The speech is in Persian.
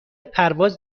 پرواز